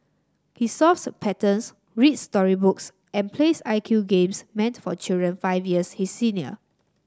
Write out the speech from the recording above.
he solves patterns reads story books and plays I Q games meant for children five years his senior